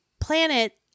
planet